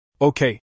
Okay